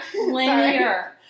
Linear